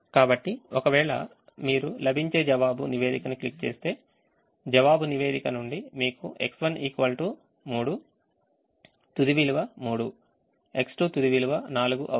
కాబట్టి ఒకవేళ మీరు లభించే జవాబు నివేదికను క్లిక్ చేస్తే జవాబు నివేదిక నుండి మీకు X1 3 తుది విలువ 3 X2 తుది విలువ 4 అవుతుంది